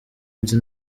nzi